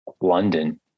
London